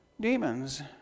demons